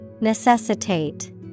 Necessitate